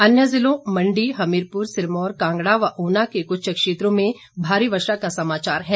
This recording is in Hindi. अन्य जिलों मण्डी हमीरपुर सिरमौर कांगड़ा ऊना के कुछ क्षेत्रों में भारी वर्षा का समाचार है